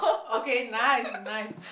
okay nice nice